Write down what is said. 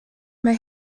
mae